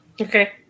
Okay